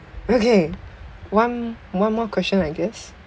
okay one one more question I guess